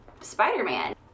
Spider-Man